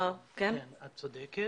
כן, את צודקת.